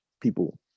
people